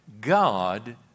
God